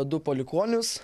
du palikuonius